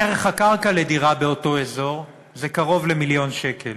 ערך הקרקע לדירה באותו אזור זה קרוב ל-1 מיליון שקל.